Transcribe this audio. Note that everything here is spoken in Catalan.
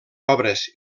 obres